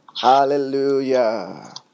Hallelujah